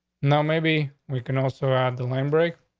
no. maybe we can also add the land break.